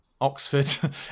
Oxford